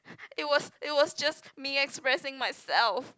it was it was just me expressing myself